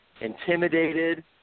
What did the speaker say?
intimidated